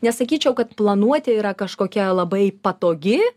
nesakyčiau kad planuoti yra kažkokia labai patogi